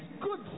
good